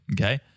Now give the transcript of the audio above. Okay